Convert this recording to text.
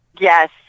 Yes